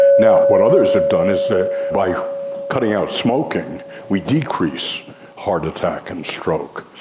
now, what others have done is that by cutting out smoking we decrease heart attack and stroke.